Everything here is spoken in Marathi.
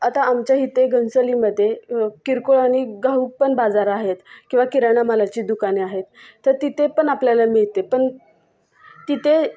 आता आमच्या इथे घनसोलीमध्ये किरकोळ आणि घाऊक पण बाजार आहेत किंवा किराणा मालाची दुकाने आहेत तर तिथे पण आपल्याला मिळते पण तिथे